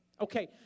Okay